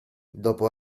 dopo